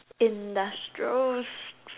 industrial